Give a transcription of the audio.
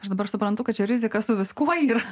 aš dabar suprantu kad čia rizikas su viskuo ir